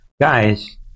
Guys